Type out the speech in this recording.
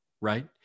right